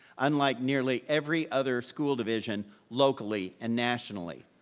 unlike nearly every other school division locally and nationally.